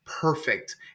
perfect